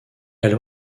elle